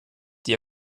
die